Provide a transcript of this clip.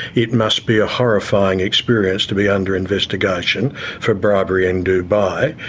it must be a horrifying experience to be under investigation for bribery in dubai.